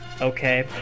okay